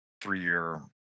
three-year